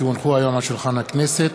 כי הונחו היום על שולחן הכנסת,